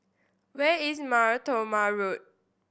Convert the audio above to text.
where is Mar Thoma Road